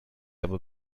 aber